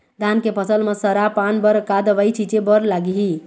धान के फसल म सरा पान बर का दवई छीचे बर लागिही?